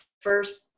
first